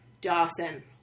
Dawson